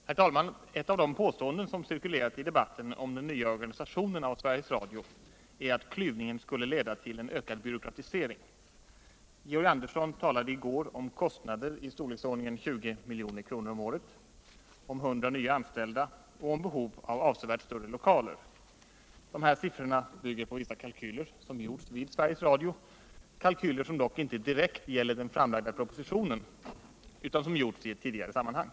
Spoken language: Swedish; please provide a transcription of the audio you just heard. Herr talman! Ett av de påståenden som cirkulerat i debatten om den nya organisationen av Sveriges Radio är att klyvningen skulle leda till en ökad byråkratisering. Georg Andersson talade i går om kostnader av storleksordningen 20 milj.kr. om året, om 100 nya anställda och om behov av avsevärt större lokaler. De siffrorna bygger på vissa kalkyler som gjorts vid Sveriges Radio, kalkyler som dock inte dirckt gäller den framlagda propositionen utan som gjorts tidigare i ett annat sammanhang.